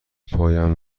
پایم